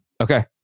Okay